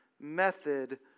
Method